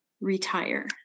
retire